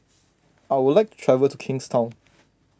I would like to travel to Kingstown